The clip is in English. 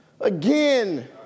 again